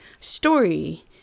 story